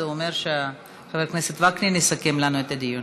זה אומר שחבר הכנסת וקנין יסכם לנו את הדיון.